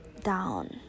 down